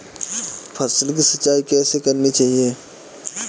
फसल की सिंचाई कैसे करनी चाहिए?